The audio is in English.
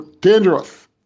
dangerous